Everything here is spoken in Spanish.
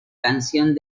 canción